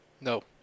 No